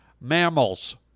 mammals